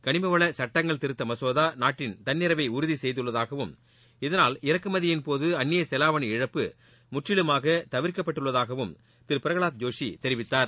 களிம வள சட்டங்கள் திருத்த மசோதா நாட்டின் தன்னிறைவை உறுதி செய்துள்ளதாகவும் இதனால் இறக்குமதியின் போது அன்னிய செவாவாணி இழப்பு முற்றிலுமாக தவிர்க்கப்பட்டுள்ளதாக பிரகவாத் ஜோஷி தெரிவித்தார்